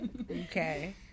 Okay